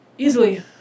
Easily